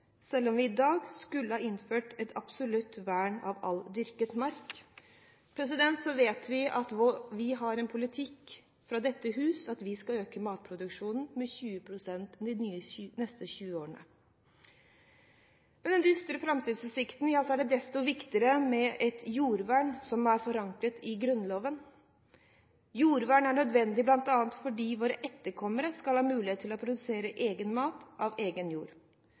selv om vi i dag skulle ha innført et absolutt vern av all dyrket mark. Så vet vi at vi har en politikk i dette hus: at vi skal øke matproduksjonen med 20 pst. de neste 20 årene. Med dystre framtidsutsikter er det desto viktigere med et jordvern som er forankret i Grunnloven. Jordvern er nødvendig bl.a. fordi våre etterkommere skal ha muligheten til å produsere egen mat på egen jord.